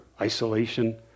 isolation